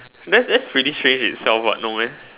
that's that's pretty strange itself what no meh